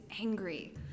angry